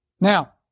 Now